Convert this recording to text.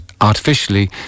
artificially